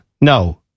No